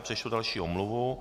Přečtu další omluvu.